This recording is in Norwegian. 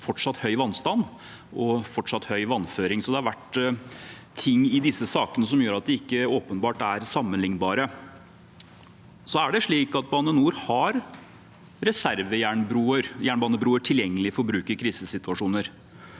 av fortsatt høy vannstand og høy vannføring. Så det har vært ting i disse sakene som gjør at de ikke åpenbart er sammenlignbare. Bane NOR har reservejernbanebruer tilgjengelig for bruk i krisesituasjoner.